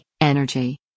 Energy